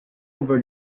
over